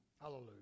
Hallelujah